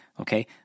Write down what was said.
Okay